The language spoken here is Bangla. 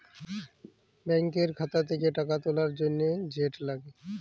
ব্যাংকের খাতা থ্যাকে টাকা তুলার জ্যনহে যেট লাগে